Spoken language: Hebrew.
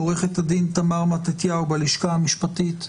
עורכת הדין תמר מתתיהו מהלשכה המשפטי,